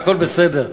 והכול בסדר,